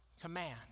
command